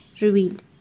revealed